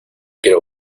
quiero